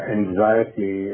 anxiety